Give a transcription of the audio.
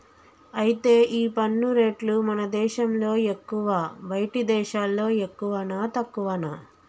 అయితే ఈ పన్ను రేట్లు మన దేశంలో ఎక్కువా బయటి దేశాల్లో ఎక్కువనా తక్కువనా